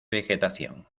vegetación